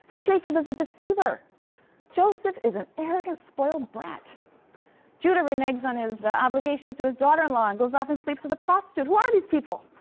jacob is a deceiver joseph is an arrogant, spoiled brat judah reneges on his obligations to his daughter-in-law and goes off and sleeps with a prostitute. who are these people?